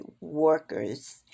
workers